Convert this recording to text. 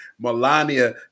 Melania